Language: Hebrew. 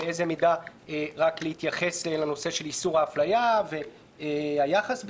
באיזו מידה להתייחס רק לנושא של איסור האפליה והיחס ביניהם.